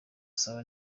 saba